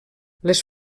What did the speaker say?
les